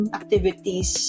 activities